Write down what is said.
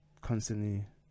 Constantly